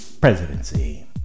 presidency